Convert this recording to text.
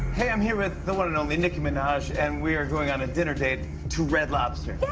hey, i'm here with the one and only nicki minaj, and we are going on a dinner date to red lobster. yeah.